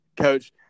Coach